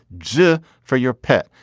g for your pet.